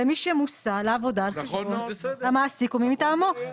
למי שמוסע לעבודה על חשבון המעסיק או מי מטעמו.